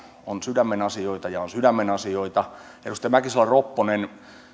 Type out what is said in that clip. on sydämen asioita ja on sydämen asioita edustaja mäkisalo ropponen